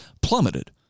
plummeted